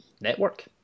network